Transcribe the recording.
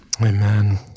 Amen